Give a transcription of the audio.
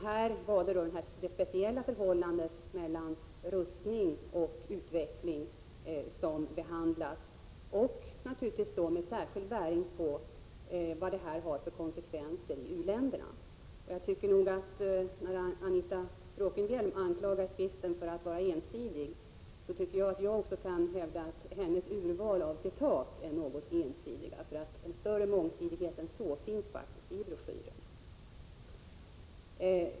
Här var det det speciella förhållandet mellan rustning och utveckling som behandlades, med särskild inriktning på vad detta får för konsekvenser i u-länderna. När Anita Bråkenhielm anklagar skriften för att vara ensidig, kan jag hävda att hennes urval av citat är något ensidigt. En större mångsidighet än så finns faktiskt i broschyren.